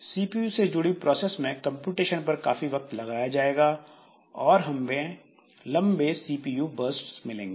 CPU से जुड़ी process में कंप्यूटेशन पर काफी वक्त लगाया जाएगा और हमें लंबे सीपीयू बर्स्ट्स मिलेंगे